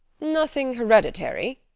nothing hereditary?